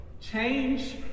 Change